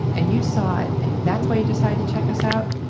and you saw it and that's why you decided to check us out,